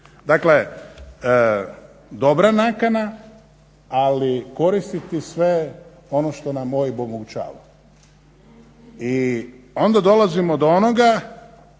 Dakle, dobra nakana, ali koristiti sve ono što nam OIB omogućava. I onda dolazimo do onoga